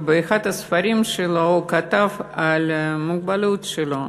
ובאחד הספרים שלו הוא כתב על המוגבלות שלו.